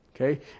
Okay